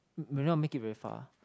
will not make it very far